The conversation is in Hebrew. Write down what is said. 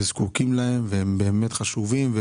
זקוקים להם והם באמת חשובים.